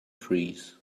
trees